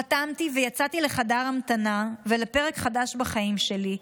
חתמתי ויצאתי לחדר ההמתנה ולפרק חדש בחיים שלי,